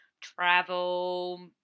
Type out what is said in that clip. travel